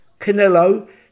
Canelo